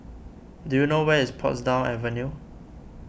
do you know where is Portsdown Avenue